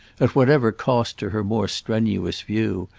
at whatever cost to her more strenuous view,